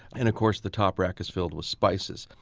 and of course the top rack is filled with spices.